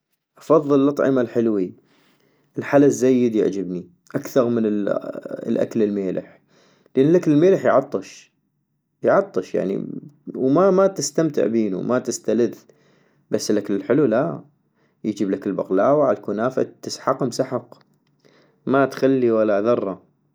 افضل الاطعمة الحلوي، الحلا الزييد يعجبني، اكثغ من الاا الاكل الميلح، لان الاكل الميلح يعطش يعطش ، يعني وما ما تستمتع بينوما تستلذ، بس الاكل الحلو لاا، يجيبلك البقلاوه عالكنافة تسحقم سحق ما تخلي ولا ذرة